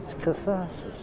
catharsis